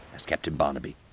asked captain barnaby,